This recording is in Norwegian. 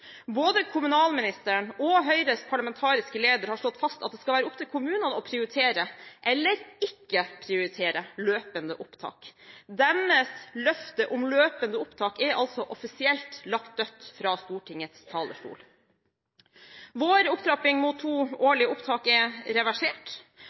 Både kommunalministeren og Høyres parlamentariske leder har slått fast at det skal være opp til kommunene å prioritere – eller ikke prioritere – løpende opptak. Deres løfte om løpende opptak er altså offisielt lagt dødt fra Stortingets talerstol. Vår opptrapping mot to